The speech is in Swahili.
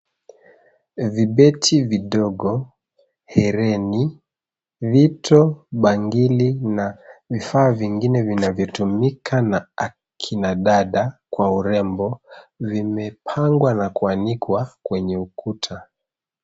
VIbeti vidogo , hereni, vito , bangili na vifaa vingine vinavyotumika na akina dada kwa urembo vimepangwa na kuanikwa kwenye ukuta.